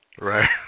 Right